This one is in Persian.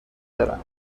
برم